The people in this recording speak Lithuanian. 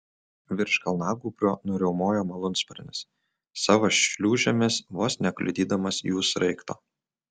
virš kalnagūbrio nuriaumojo malūnsparnis savo šliūžėmis vos nekliudydamas jų sraigto